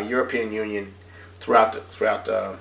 european union throughout throughout the